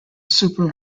super